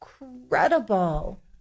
incredible